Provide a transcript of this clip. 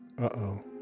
Uh-oh